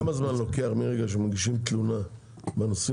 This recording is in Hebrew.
כמה זמן לוקח מרגע שמגישים תלונה בנושאים